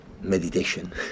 meditation